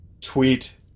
tweet